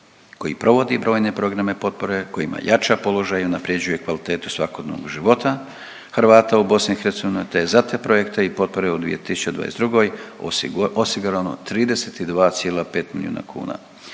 koji provodi brojne programe potpore, kojima jača položaj i unaprjeđuje kvalitetu svakodnevnog života Hrvata u BiH, te je za te projekte i potpore u 2022. osigurano 32,5 milijuna kuna.